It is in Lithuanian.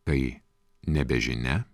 tai nebežinia